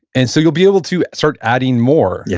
and so you'll be able to start adding more. yeah